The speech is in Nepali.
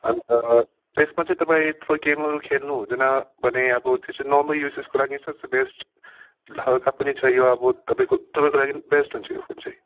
अन्त त्यसमा चाहिँ तपाईँ थ्रो गेमहरू खेल्नु हुँदैन भने अब त्यो चाहिँ नर्मल युजेसको लागि सबसे बेस्ट हल्का पनि छ यो अब तपाईँको तपाईँको लागि नि बेस्ट हो यो फोन चाहिँ